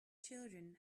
children